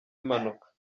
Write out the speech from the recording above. impanuka